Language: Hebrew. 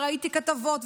וראיתי כתבות,